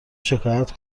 شکایت